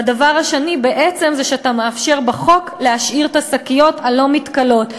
והדבר השני זה שאתה מאפשר בחוק להשאיר את השקיות הלא-מתכלות.